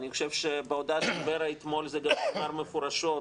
אני חושב שגם בהודעת ור"ה אתמול זה גם נאמר מפורשות,